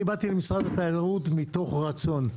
אני באתי למשרד התיירות מתוך רצון.